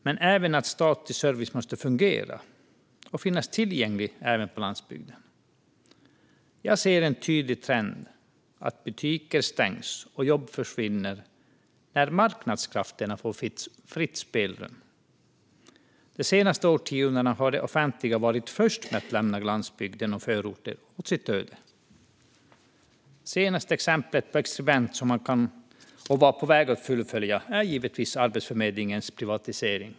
Men statlig service måste även fungera och finnas tillgänglig på landsbygden. Jag ser en tydlig trend att butiker stängs och jobb försvinner när marknadskrafterna får fritt spelrum. De senaste årtiondena har det offentliga varit först med att lämna landsbygd och förorter åt sitt öde. Det senaste exemplet på experiment som man var på väg att fullfölja är givetvis Arbetsförmedlingens privatisering.